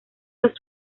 los